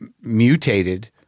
mutated